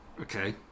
Okay